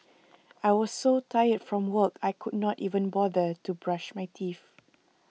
I was so tired from work I could not even bother to brush my teeth